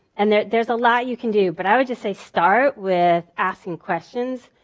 and there's there's a lot you can do, but i would just say start with asking questions.